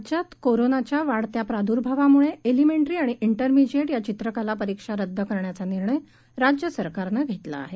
राज्यात कोरोनाच्या वाढत्या प्रादूर्भावामुळे एलिमेंटरी आणि इंटरमीजिएट या चित्रकला परीक्षा रद्द करण्याचा निर्णय राज्य सरकारनं घेतला आहे